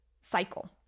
cycle